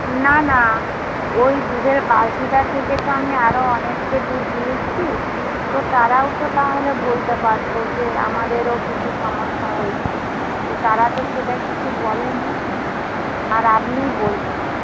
না না ওই দুধের বালতিটা থেকে তো আমি আরও অনেককে দুধ দিয়েছি তো তারাও তো তাহলে বলতে পারতো যে আমাদেরও কিছু সমস্যা হয়েছে তো তারা তো সেটা কিছু বলে নি আর আপনিই বলছেন